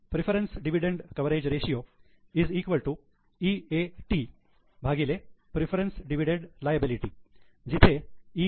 preference dividend coverage ratio preference dividend liability जिथे E